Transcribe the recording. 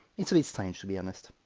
it's a bit strange to be honest.